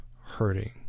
hurting